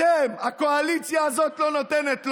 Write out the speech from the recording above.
אתם, הקואליציה הזאת לא נותנת לו.